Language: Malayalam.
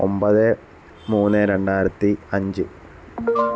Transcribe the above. ഒൻപത് മൂന്ന് രണ്ടായിരത്തി അഞ്ച്